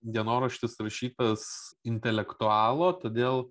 dienoraštis rašytas intelektualo todėl